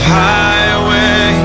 highway